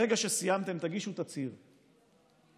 ברגע שסיימתם, תגישו תצהיר חתום.